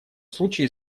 случае